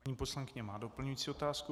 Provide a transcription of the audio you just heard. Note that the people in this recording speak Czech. Paní poslankyně má doplňující otázku.